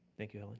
thank you, helen.